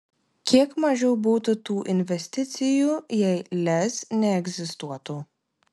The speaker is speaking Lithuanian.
kiek mažiau būtų tų investicijų jei lez neegzistuotų